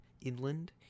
inland